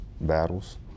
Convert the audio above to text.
battles